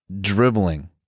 dribbling